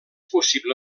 possible